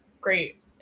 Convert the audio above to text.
great